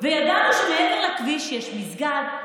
וידענו שמעבר לכביש יש מסגד,